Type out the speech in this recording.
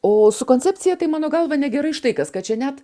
o su koncepcija tai mano galva negerai štai kas kad čia net